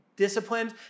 disciplined